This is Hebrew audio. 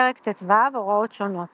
פרק ט"ו הוראות שונות